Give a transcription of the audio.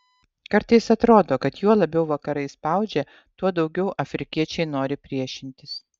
kartais atrodo kad juo labiau vakarai spaudžia tuo daugiau afrikiečiai nori priešintis